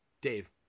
Dave